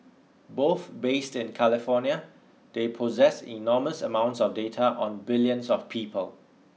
both based in California they possess enormous amounts of data on billions of people